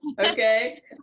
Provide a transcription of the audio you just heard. Okay